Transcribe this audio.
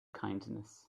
kindness